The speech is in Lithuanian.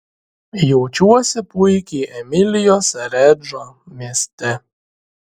jaučiuosi puikiai emilijos redžo mieste